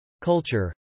culture